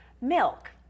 milk